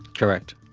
correct.